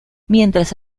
mientras